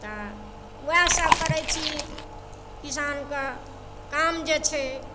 तऽ वएह सब करै छी किसानके काम जे छै